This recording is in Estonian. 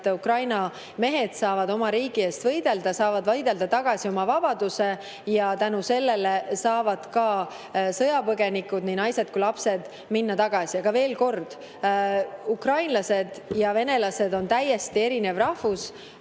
et Ukraina mehed saaksid oma riigi eest võidelda, nad saaksid võidelda tagasi oma vabaduse ja tänu sellele saaksid ka sõjapõgenikud, nii naised kui ka lapsed, tagasi minna. Aga veel kord: ukrainlased ja venelased on täiesti erinevad rahvused